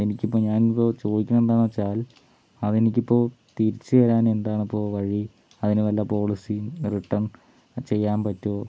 എനിക്കിപ്പോൾ ഞാനിപ്പോൾ ചോദിക്കണേ എന്താന്ന് വെച്ചാൽ അതെനിക്ക് ഇപ്പോൾ തിരിച്ചു തരാൻ എന്താണിപ്പോൾ വഴി അതിനിനി വല്ല പോളിസി റിട്ടേൺ ചെയ്യാം പറ്റുമൊ